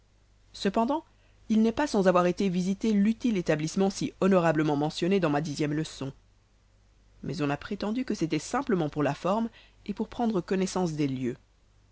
cependant il n'est pas sans avoir été visiter l'utile établissement si honorablement mentionné dans ma dixième leçon mais on a prétendu que c'était simplement pour la forme et pour prendre connaissance des lieux